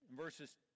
Verses